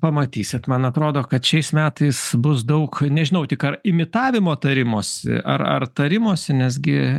pamatysite man atrodo kad šiais metais bus daug nežinau tik ar imitavimo tarimosi ar ar tarimosi nes gi